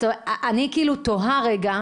אני תוהה רגע,